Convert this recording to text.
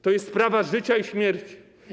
To jest sprawa życia i śmierci.